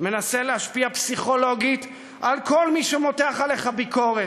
מנסה להשפיע פסיכולוגית על כל מי שמותח עליך ביקורת,